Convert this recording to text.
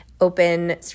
open